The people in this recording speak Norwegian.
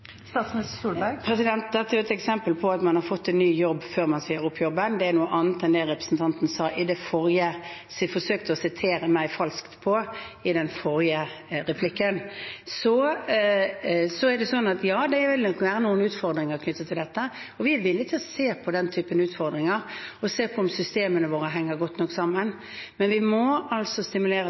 Dette er et eksempel på at man har fått en ny jobb før man sier opp jobben. Det er noe annet enn det representanten forsøkte å sitere meg falskt på, i den forrige replikken. Ja, det vil nok være noen utfordringer knyttet til dette, og vi er villig til å se på den typen utfordringer og se på om systemene våre henger godt nok sammen, men vi må altså stimulere